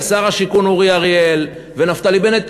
שר השיכון אורי אריאל ונפתלי בנט,